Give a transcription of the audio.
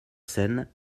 seine